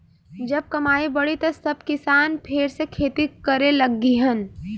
जब कमाई बढ़ी त सब किसान फेर से खेती करे लगिहन